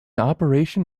operation